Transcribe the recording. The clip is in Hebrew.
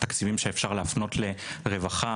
תקציבים שאפשר להפנות לרווחה